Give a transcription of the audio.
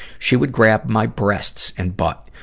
she would grab my breasts and butt.